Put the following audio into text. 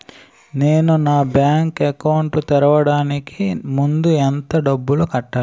నేను నా bank account తెరవడానికి ముందు ఎంత డబ్బులు కట్టాలి?